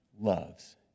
loves